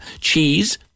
Cheese